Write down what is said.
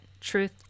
truth